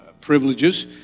privileges